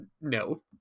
no